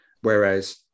Whereas